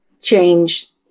change